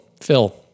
Phil